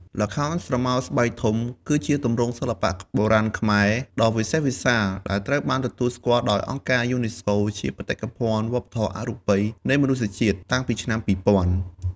ល្ខោនស្រមោលស្បែកធំ គឺជាទម្រង់សិល្បៈបុរាណខ្មែរដ៏វិសេសវិសាល ដែលត្រូវបានទទួលស្គាល់ដោយអង្គការយូណេស្កូជាបេតិកភណ្ឌវប្បធម៌អរូបីនៃមនុស្សជាតិតាំងពីឆ្នាំ ២០០០។